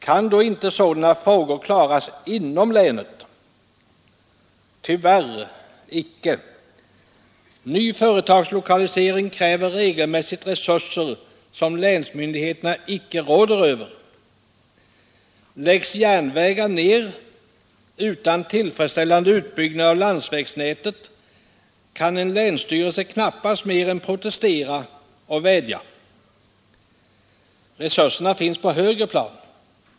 Kan då inte sådana frågor klaras inom länet? Tyvärr icke. Företagslokalisering kräver regelmässigt resurser som länsmyndigheterna icke råder över. Läggs järnvägar ner utan tillfredsställande utbyggnad av landsvägsnätet, kan en länsstyrelse knappast mer än protestera och vädja. Resurserna finns på högre plan.